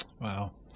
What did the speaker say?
Wow